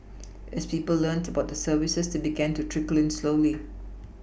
as people learnt about the services they began to trickle in slowly